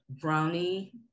brownie